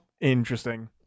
interesting